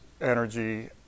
energy